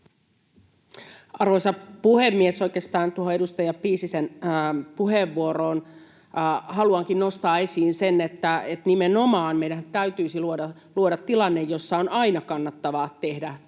Arvoisa puhemies! Oikeastaan tuohon edustaja Piisisen puheenvuoroon: Haluankin nostaa esiin sen, että meidän täytyisi luoda nimenomaan tilanne, jossa on aina kannattavaa tehdä työtä,